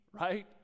right